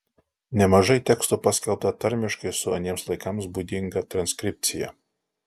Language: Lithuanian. nemažai tekstų paskelbta tarmiškai su aniems laikams būdinga transkripcija